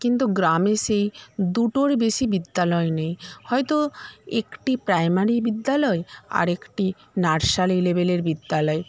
কিন্তু গ্রামে সেই দুটোর বেশি বিদ্যালয় নেই হয়তো একটি প্রাইমারি বিদ্যালয় আরেকটি নার্সারি লেবেলের বিদ্যালয়